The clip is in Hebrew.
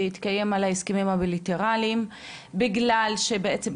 שהתקיים על ההסכמים הבליטראליים בגלל שבעצם,